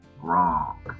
wrong